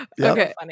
okay